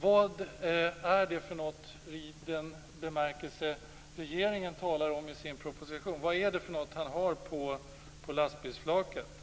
Vad är det, i den bemärkelse regeringen talar om det i sin proposition? Vad är det han har på lastbilsflaket?